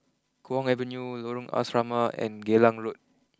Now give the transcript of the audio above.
Kwong Avenue Lorong Asrama and Geylang Road